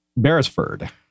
Beresford